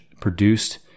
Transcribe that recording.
produced